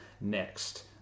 next